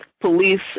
police